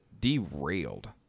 derailed